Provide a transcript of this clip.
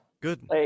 Good